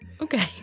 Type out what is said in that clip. Okay